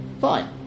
fine